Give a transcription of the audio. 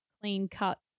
clean-cut